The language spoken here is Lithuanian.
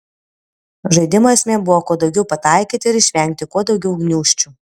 žaidimo esmė buvo kuo daugiau pataikyti ir išvengti kuo daugiau gniūžčių